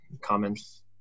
comments